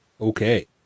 Okay